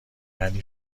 یعنی